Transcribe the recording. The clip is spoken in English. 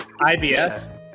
IBS